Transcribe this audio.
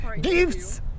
gifts